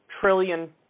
trillion